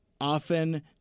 often